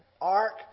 ark